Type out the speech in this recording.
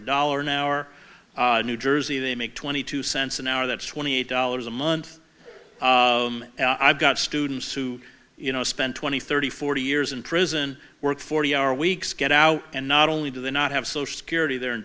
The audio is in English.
a dollar an hour new jersey they make twenty two cents an hour that's twenty eight dollars a month i've got students who you know spend twenty thirty forty years in prison work forty hour weeks get out and not only do they not have social security they're in